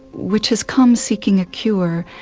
which has come seeking a cure,